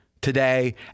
today